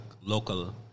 local